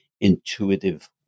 intuitive